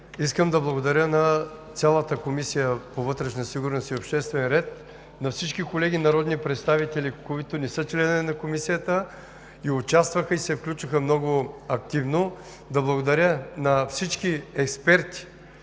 искам да благодаря на цялата Комисия по вътрешна сигурност и обществен ред, на всички колеги народни представители, които не са членове на Комисията, но участваха и се включиха много активно, да благодаря на всички експерти,